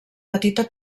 petita